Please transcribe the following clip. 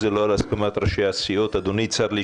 בהסכמת ראשי הסיעות.